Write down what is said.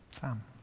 Sam